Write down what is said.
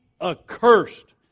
accursed